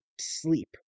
sleep